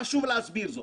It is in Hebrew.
חשוב להסביר זאת: